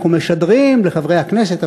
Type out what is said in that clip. אנחנו משדרים לחברי הכנסת,